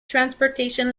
transportation